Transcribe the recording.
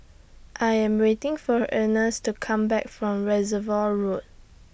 I Am waiting For Ernest to Come Back from Reservoir Road